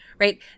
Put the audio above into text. right